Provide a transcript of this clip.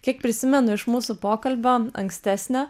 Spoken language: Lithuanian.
kiek prisimenu iš mūsų pokalbio ankstesnio